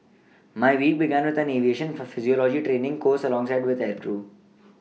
my week began with an aviation for physiology training course alongside other aircrew